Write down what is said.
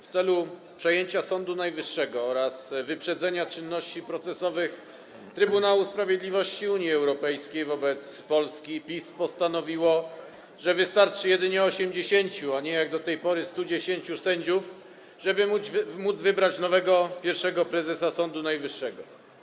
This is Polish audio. W celu przejęcia Sądu Najwyższego oraz wyprzedzenia czynności procesowych Trybunału Sprawiedliwości Unii Europejskiej wobec Polski PiS postanowiło, że wystarczy jedynie 80, a nie, jak do tej pory, 110 sędziów, żeby móc wybrać nowego pierwszego prezesa Sądu Najwyższego.